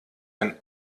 ein